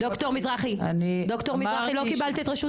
דר' מזרחי, לא קבלת את רשות